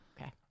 Okay